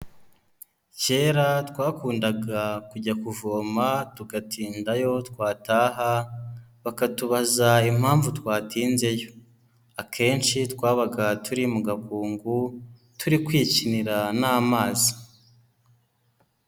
Kera twakundaga kujya kuvoma tugatindayo, twataha bakatubaza impamvu twatinzeyo, akenshi twabaga turi mu gakungu turi kwikinira n'amazi.